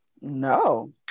No